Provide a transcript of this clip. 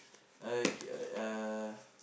okay alright uh